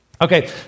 Okay